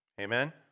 Amen